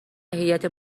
هیات